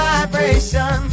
Vibration